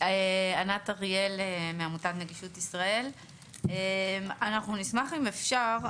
אנחנו נשמח אם אפשר,